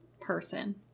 person